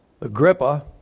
Agrippa